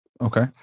okay